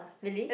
really